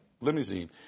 limousine